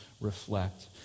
reflect